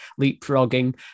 leapfrogging